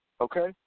Okay